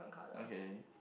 okay